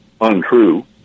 untrue